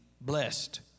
blessed